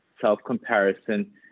self-comparison